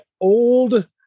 old